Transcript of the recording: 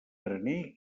graner